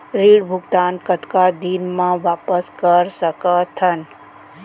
ऋण भुगतान कतका दिन म वापस कर सकथन?